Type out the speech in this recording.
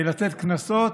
לתת קנסות,